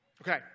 Okay